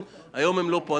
היום הם לא פה.